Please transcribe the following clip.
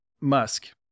Musk